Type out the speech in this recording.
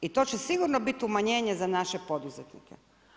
I to će sigurno biti umanjenje za naše poduzetnike.